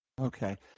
okay